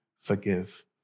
forgive